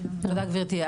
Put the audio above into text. תודה גברתי,